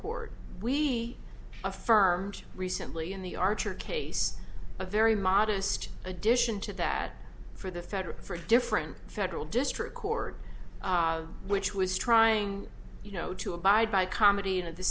court we affirmed recently in the archer case a very modest addition to that for the federal for different federal district court which was trying you know to abide by comedy and at the